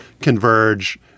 converge